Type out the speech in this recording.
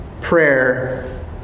prayer